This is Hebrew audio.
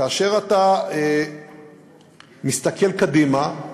כאשר אתה מסתכל קדימה,